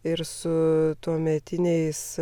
ir su tuometiniais